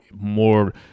more